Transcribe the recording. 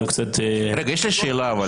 אדוני היושב-ראש, יש לי שאלה.